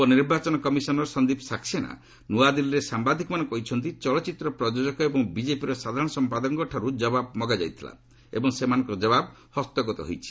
ଉପନିର୍ବାଚନ କମିଶନର୍ ସନ୍ଦୀପ ସାକ୍ସେନା ନୂଆଦିଲ୍ଲୀରେ ସାମ୍ବାଦିକମାନଙ୍କୁ କହିଛନ୍ତି ଚଳଚ୍ଚିତ୍ରର ପ୍ରଯୋଜକ ଏବଂ ବିଜେପିର ସାଧାରଣ ସମ୍ପାଦକଙ୍କଠାରୁ ଜବାବ ମଗା ଯାଇଥିଲା ଏବଂ ସେମାନଙ୍କର ଜବାବ ହସ୍ତଗତ ହୋଇଛି